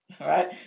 right